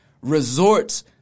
Resorts